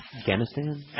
Afghanistan